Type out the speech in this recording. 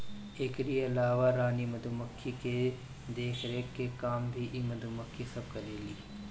एकरी अलावा रानी मधुमक्खी के देखरेख के काम भी इ मधुमक्खी सब करेली